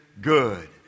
good